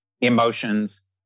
emotions